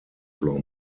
floor